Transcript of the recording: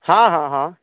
हाँ हँ हँ